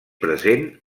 present